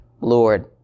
Lord